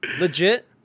legit